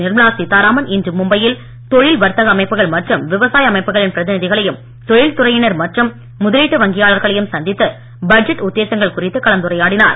நிர்மலா சீத்தாராமன் இன்று மும்பை யில் தொழில் வர்த்தக அமைப்புகள் மற்றும் விவசாய அமைப்புகளின் பிரதிநிதிகளையும் தொழில் துறையினர் மற்றும் முதலீட்டு வங்கியாளர்களையும் சந்தித்து பட்ஜெட் உத்தேசங்கள் குறித்து கலந்துரையாடினார்